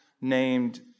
named